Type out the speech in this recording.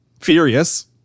furious